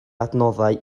adnoddau